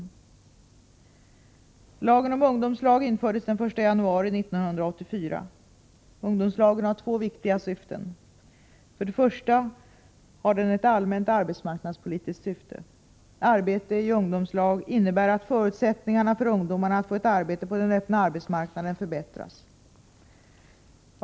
e Lagen om ungdomslag infördes den 1 januari 1984. Ungdomslagen har två viktiga syften. För det första har den ett allmänt arbetsmarknadspolitiskt syfte. Arbete i ungdomslag innebär att förutsättningarna för ungdomarna att få ett arbete på den öppna arbetsmarknaden förbättras.